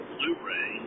Blu-ray